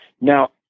Now